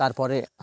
তারপরে